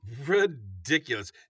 Ridiculous